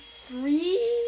three